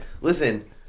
Listen